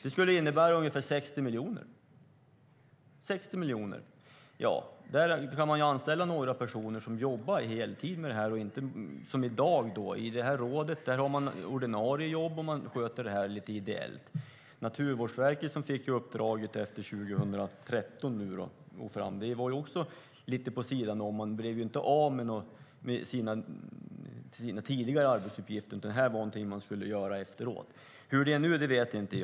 Det skulle innebära ungefär 60 miljoner. Då skulle man kunna anställa några personer som jobbar heltid med detta, i stället för att ha det som i dag, där man har någon som jobbar ordinarie i rådet men mycket sköts ideellt. Naturvårdsverket, som fick uppdraget efter 2013, fick det också lite på sidan av. Man blev ju inte av med sina tidigare arbetsuppgifter, utan det här är något man skulle göra i tillägg. Hur det är nu vet jag inte.